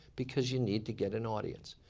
because you need to get an audience.